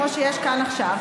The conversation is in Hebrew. כמו שיש כאן עכשיו,